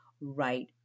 right